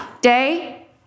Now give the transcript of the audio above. day